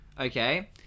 Okay